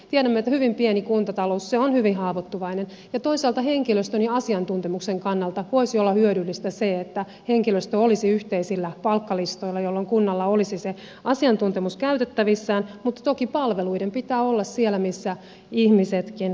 tiedämme että hyvin pieni kuntatalous on hyvin haavoittuvainen ja toisaalta henkilöstön ja asiantuntemuksen kannalta voisi olla hyödyllistä se että henkilöstö olisi yhteisillä palkkalistoilla jolloin kunnalla olisi se asiantuntemus käytettävissään mutta toki palveluiden pitää olla siellä missä ihmisetkin ovat